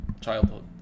childhood